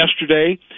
yesterday